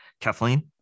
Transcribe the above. Kathleen